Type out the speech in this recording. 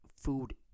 food